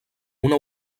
una